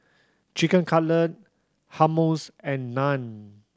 Chicken Cutlet Hummus and Naan